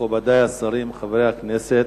מכובדי השרים, חברי הכנסת,